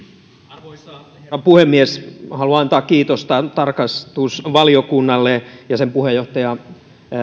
arvoisa herra puhemies haluan antaa kiitosta tarkastusvaliokunnalle ja sen puheenjohtaja